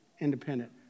independent